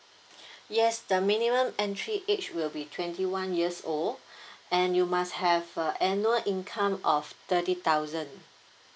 yes the minimum entry age will be twenty one years old and you must have uh annual income of thirty thousand